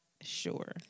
sure